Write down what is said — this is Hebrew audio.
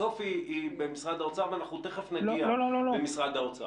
בסוף היא מתגלגלת לפתחו של משרד האוצר ומיד נגיע לנציג שלהם.